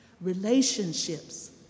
Relationships